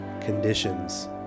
conditions